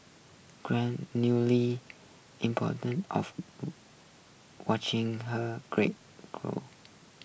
grand newly important of watching her great group